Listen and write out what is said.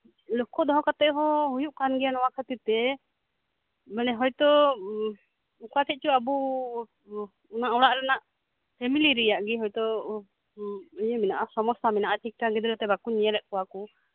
ᱞᱚᱠᱠᱷᱚ ᱫᱚᱦᱚ ᱠᱟᱛᱮᱜ ᱦᱚᱸ ᱦᱩᱭᱩᱜ ᱠᱟᱱᱟ ᱱᱚᱣᱟ ᱠᱷᱟᱹᱛᱤᱨ ᱛᱮ ᱢᱟᱱᱮ ᱦᱚᱭᱛᱳ ᱚᱠᱟ ᱴᱷᱮᱡ ᱪᱚ ᱟᱵᱳ ᱱᱚᱣᱟ ᱚᱲᱟᱜ ᱨᱮᱭᱟᱜ ᱯᱷᱮᱢᱮᱞᱤ ᱨᱮᱭᱟᱜ ᱜᱮ ᱦᱚᱭᱛᱳ ᱤᱭᱟᱹ ᱥᱚᱢᱚᱥᱥᱟ ᱢᱮᱱᱟᱜᱼᱟ ᱴᱷᱤᱠ ᱴᱷᱟᱠ ᱜᱤᱫᱽᱨᱟᱹ ᱵᱟᱠᱚ ᱧᱮᱞ ᱮᱜ ᱠᱚᱣᱟ ᱠᱚ